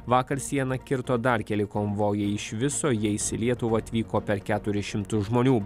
vakar sieną kirto dar keli konvojai iš viso jais į lietuvą atvyko per keturis šimtus žmonių